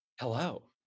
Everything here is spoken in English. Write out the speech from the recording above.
hello